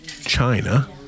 China